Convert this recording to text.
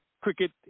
cricket